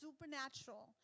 supernatural